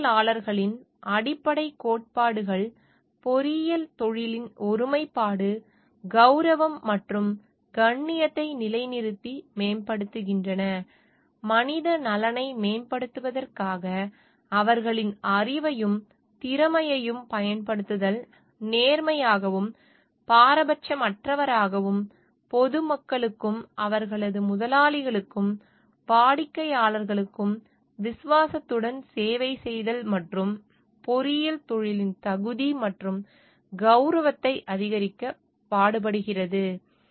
பொறியியலாளர்களின் அடிப்படைக் கோட்பாடுகள் பொறியியல் தொழிலின் ஒருமைப்பாடு கௌரவம் மற்றும் கண்ணியத்தை நிலைநிறுத்தி மேம்படுத்துகின்றன மனித நலனை மேம்படுத்துவதற்காக அவர்களின் அறிவையும் திறமையையும் பயன்படுத்துதல் நேர்மையாகவும் பாரபட்சமற்றவராகவும் பொது மக்களுக்கும் அவர்களது முதலாளிகளுக்கும் வாடிக்கையாளர்களுக்கும் விசுவாசத்துடன் சேவை செய்தல் மற்றும் பொறியியல் தொழிலின் தகுதி மற்றும் கௌரவத்தை அதிகரிக்க பாடுபடுகிறது